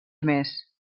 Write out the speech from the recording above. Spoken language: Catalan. més